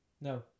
no